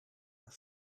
haar